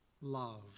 love